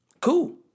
Cool